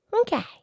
Okay